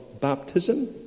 baptism